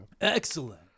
Excellent